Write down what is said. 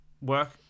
work